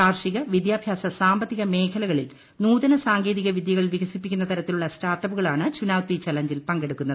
കാർഷിക വിദ്യാഭ്യാസ സാമ്പത്തിക മേഖലകളിൽ നൂതന സാങ്കേതികവിദ്യകൾ വികസിപ്പിക്കുന്ന തരത്തിലുള്ള സ്റ്റാർട്ടപ്പുകൾ ആണ് ചുനൌത്തി ചലഞ്ചിൽ പങ്കെടുക്കുന്നത്